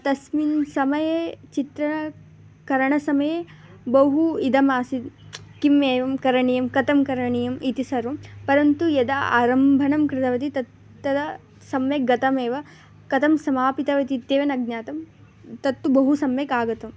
तस्मिन् समये चित्र करणसमये बहु इदम् आसीत् किम् एवं करणीयं कथं करणीयम् इति सर्वं परन्तु यदा आरम्भणं कृतवती तत् तदा सम्यक् गतमेव कथं समापितवती इत्येव न ज्ञातम् तत्तु बहु सम्यक् आगतम्